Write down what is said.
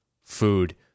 food